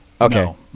okay